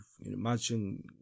Imagine